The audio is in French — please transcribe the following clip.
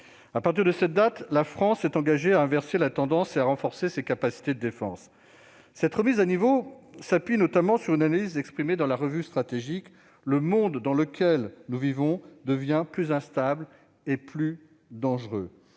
à compter de cette date, la France s'est engagée à inverser la tendance et à renforcer ses capacités de défense. Cette remise à niveau s'appuie notamment sur une analyse exprimée dans la Revue stratégique, selon laquelle le monde dans lequel nous vivons devient plus instable et plus dangereux.